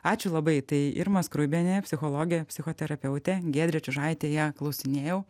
ačiū labai tai irma skruibienė psichologė psichoterapeutė giedrė čiužaitė ją klausinėjau